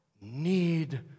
need